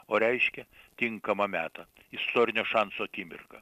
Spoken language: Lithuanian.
o reiškia tinkamą metą istorinio šanso akimirką